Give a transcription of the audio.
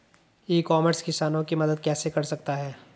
ई commerce किसानों की मदद कैसे कर सकता है?